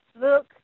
look